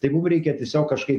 tai mum reikia tiesiog kažkaip